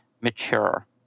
mature